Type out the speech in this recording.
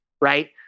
Right